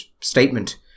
statement